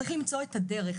צריך למצוא את הדרך.